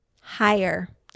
higher